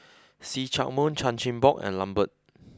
see Chak Mun Chan Chin Bock and Lambert